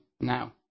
now